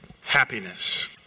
happiness